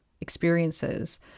experiences